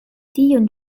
tion